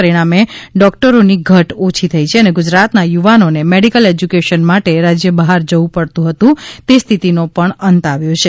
પરિણામે ડૉકટરોની ઘટ ઓછી થઇ છે અને ગુજરાતના યુવાનોને મેડીકલ એશ્યુકેશન માટે રાજ્ય બહાર જવું પડતું હતું કે સ્થિતીનો પણ અંત આવ્યો છે